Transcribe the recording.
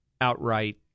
outright